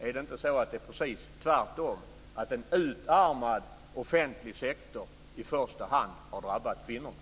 Är det inte precis tvärtom, dvs. att en utarmad offentlig sektor i första hand har drabbat kvinnorna?